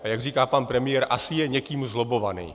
A jak říká pan premiér: Asi je někým zlobbovaný.